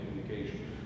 communication